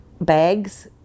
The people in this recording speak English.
bags